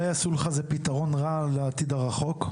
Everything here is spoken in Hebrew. אולי ה-סולחה זה פתרון שהוא רע לעתיד הרחוק?